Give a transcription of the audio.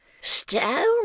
Stone